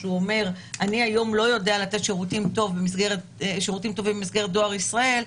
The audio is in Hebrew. שאמר: אני היום לא יודע לתת שירותים טובים במסגרת דואר ישראל,